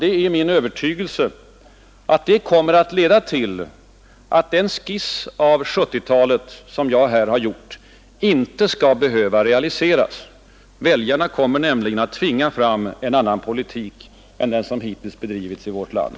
Det är min övertygelse att det kommer att leda till att den skiss av 1970-talet som jag här har gjort inte skall behöva realiseras. Väljarna kommer nämligen att tvinga fram en annan politik än den som hittills bedrivits i vårt land.